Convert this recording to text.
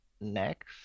next